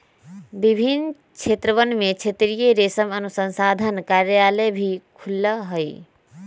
विभिन्न क्षेत्रवन में क्षेत्रीय रेशम अनुसंधान कार्यालय भी खुल्ल हई